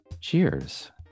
Cheers